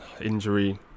injury